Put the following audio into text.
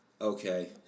Okay